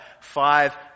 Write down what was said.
five